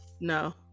No